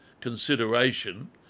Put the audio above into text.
consideration